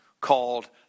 called